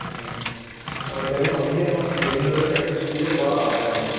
আৰু ইণ্টাৰভিউ পালেহিয়ে নহয় এইকেইদিনতে প্ৰেক্টিচ কৰিলে কৰা আৰু সেইকাৰণে